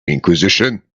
inquisition